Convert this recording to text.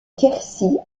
quercy